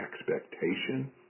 expectation